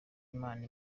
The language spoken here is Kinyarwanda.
imana